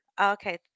Okay